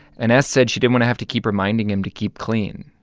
and s said she did want to have to keep reminding him to keep clean.